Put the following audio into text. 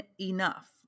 enough